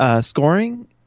scoring